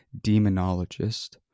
demonologist